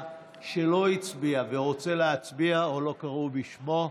שלא הצביע ורוצה להצביע או לא קראו בשמו?